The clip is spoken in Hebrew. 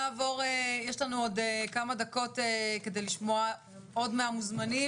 יש לנו עוד כמה דקות כדי לשמוע עוד מהמוזמנים,